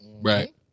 Right